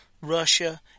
Russia